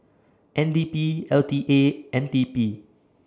N D P L T A and T P